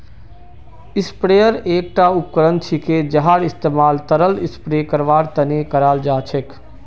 sprayer एकता उपकरण छिके जहार इस्तमाल तरल स्प्रे करवार तने कराल जा छेक